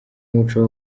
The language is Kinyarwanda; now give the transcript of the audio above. muco